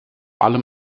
allem